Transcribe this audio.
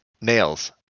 nails